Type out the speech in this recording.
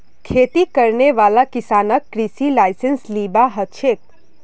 खेती करने वाला किसानक कृषि लाइसेंस लिबा हछेक